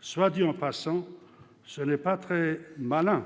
Soit dit en passant, ce n'est pas très malin